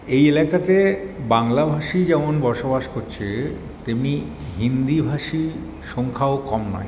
এই এলাকাতে বাংলাভাষী যেমন বসবাস করছে তেমনি হিন্দিভাষীর সংখ্যাও কম নয়